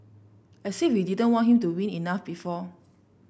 as if we didn't want him to win enough before